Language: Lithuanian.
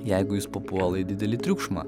jeigu jis papuola į didelį triukšmą